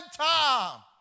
time